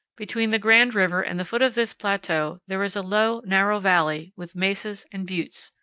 between the grand river and the foot of this plateau there is a low, narrow valley with mesas and buttes.